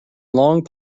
long